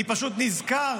אני פשוט נזכר